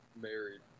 married